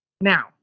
Now